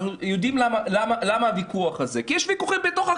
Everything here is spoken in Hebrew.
אנחנו יודעים למה הוויכוח הזה כי יש ויכוחים בתוך הקואליציה.